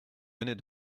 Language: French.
venez